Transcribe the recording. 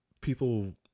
people